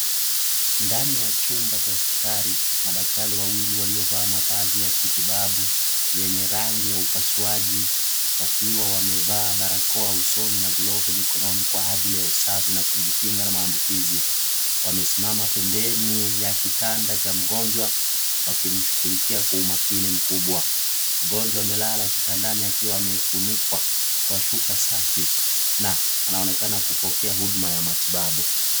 Ndani ya chumba cha hospitali, madaktari wawili waliovaa mavazi ya kitibabu, yenye rangi ya upasuaji, wakiwa wamevaa barakoa usoni na glovu mikononi kwa ajili ya usafi na kujikinga na maambukizi. Wamesimama pembeni ya kitanda cha mgonjwa, wakimshughulikia kwa umakini mkubwa. Mgonjwa amelala kitandani akiwa amefunikwa kwa shuka safi, na anaonekana kupokea huduma ya matibabu.